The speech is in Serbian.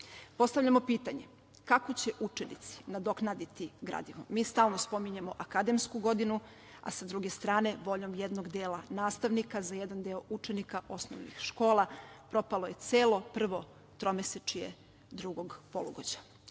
Postavljamo pitanje – kako će učenici nadoknaditi gradivo? Mi stalno spominjemo akademsku godinu, a sa druge strane, voljom jednog dela nastavnika, za jedan deo učenika osnovnih škola propalo je celo prvo tromesečje drugog polugođa.I